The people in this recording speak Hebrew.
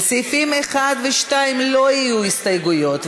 לסעיפים 1 ו-2 לא היו הסתייגויות,